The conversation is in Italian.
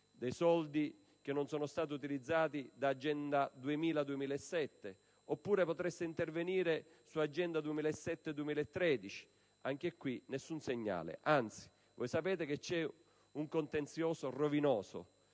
dei soldi che non sono stati utilizzati da Agenda 2000-2007; oppure, potreste intervenire su Agenda 2007-2013. Anche qui, nessun segnale! Anzi. Voi sapete che c'è un contenzioso rovinoso,